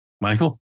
Michael